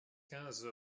quinze